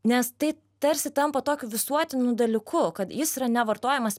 nes tai tarsi tampa tokiu visuotinu dalyku kad jis yra nevartojamas